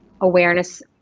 awareness